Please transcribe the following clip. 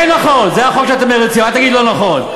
לא נכון.